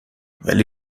ولی